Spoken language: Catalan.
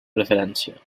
preferència